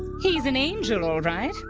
he is an angel alright!